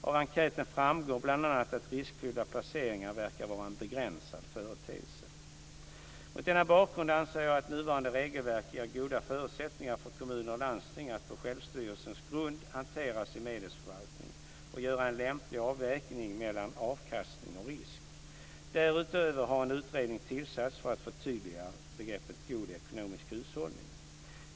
Av enkäten framgår bl.a. att riskfyllda placeringar verkar vara en begränsad företeelse. Mot denna bakgrund anser jag att nuvarande regelverk ger goda förutsättningar för kommuner och landsting att på självstyrelsens grund hantera sin medelsförvaltning och göra en lämplig avvägning mellan avkastning och risk. Därutöver har en utredning tillsatts för att förtydliga begreppet god ekonomisk hushållning.